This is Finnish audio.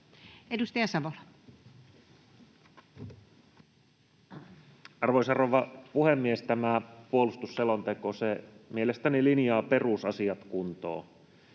Edustaja Savola. Arvoisa rouva puhemies! Tämä puolustusselonteko mielestäni linjaa perusasiat kuntoon: